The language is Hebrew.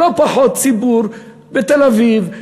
שלא פחות ציבור בתל-אביב,